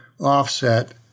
offset